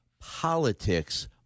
politics